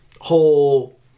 whole